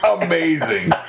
amazing